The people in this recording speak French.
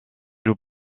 joue